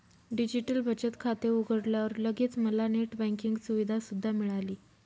digital बचत खाते उघडल्यावर लगेच मला नेट बँकिंग सुविधा सुद्धा मिळाली